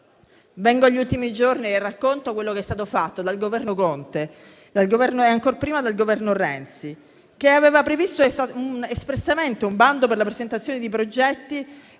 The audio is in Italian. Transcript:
Vengo agli ultimi giorni e racconto quello che è stato fatto dal Governo Conte e, ancora prima, dal Governo Renzi, che aveva previsto espressamente un bando per la presentazione di progetti